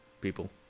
people